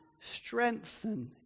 strengthen